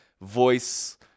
voice